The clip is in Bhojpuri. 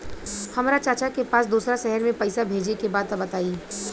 हमरा चाचा के पास दोसरा शहर में पईसा भेजे के बा बताई?